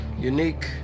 unique